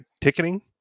Ticketing